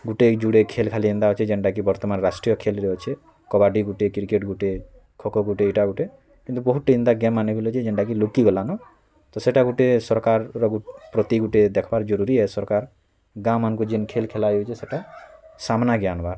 ଗୁଟେ ଯୁଡ଼େ ଖେଲ୍ ଖାଲି ଏନ୍ତା ଅଛି ଯେନ୍ତା କି ବର୍ତ୍ତମାନ ରାଷ୍ଟ୍ରୀୟ ଖେଲ୍ରେ ଅଛେ କବାଡ଼ି ଗୁଟେ କ୍ରିକେଟ୍ ଗୁଟେ ଖୋ ଖୋ ଗୁଟେ ଏଇଟା ଗୁଟେ କିନ୍ତୁ ବହୁଟେ ଏନ୍ତା ଗେମ୍ମାନେ ବିଲ୍ ଅଛେ ଯେନ୍ଟାକି ଲୁକି ଗଲାନ ତ ସେଟା ଗୁଟେ ସରକାର୍ ପ୍ରତି ଗୁଟେ ଦେଖବାର୍ ଜରୁରୀ ଏ ସରକାର୍ ଗାଁମାନ୍କୁ ଯେନ୍ ଖେଲ୍ ଖେଲା ହେଉଛି ସେଟା ସାମ୍ନାକେ ଆନ୍ବାର୍